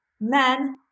men